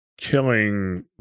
killing